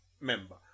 member